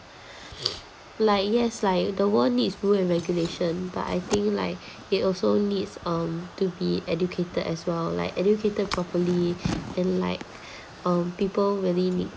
like yes like the world needs rule and regulation but I think like it also needs um to be educated as well like educated properly and like um people really need